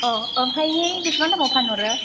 अ ओमफ्रायहाय बेसेबां दामाव फानहरो